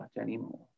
anymore